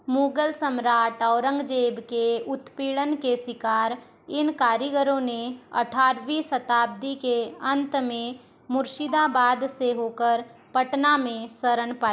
मुगल सम्राट औरंगज़ेब के उत्पीड़न के शिकार इन कारीगरों ने अठ्ठारवीं शताब्दी के अंत में मुर्शीदाबाद से होकर पटना में शरण पाई